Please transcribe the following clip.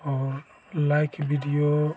और like video